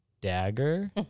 dagger